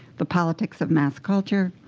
the politics of mass culture,